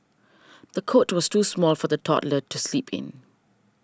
the cot was too small for the toddler to sleeping